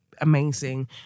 amazing